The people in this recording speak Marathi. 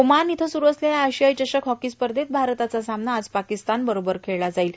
ओमानमध्ये सुरू असलेल्या आशियाई चषक हॉकी स्पध्रेत भारताचा सामना आज पाकिस्तानबरोबर होणार आहे